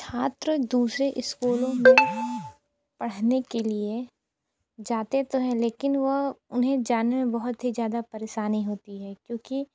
छात्र दूसरे स्कूलों में पढ़ने के लिए जाते तो हैं लेकिन वह उन्हें जाने में बहुत ही ज़्यादा परेशानी होती है क्योंकि